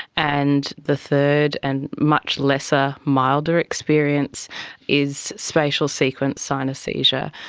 and the third and much lesser, milder experience is spatial sequence ah synaesthesia.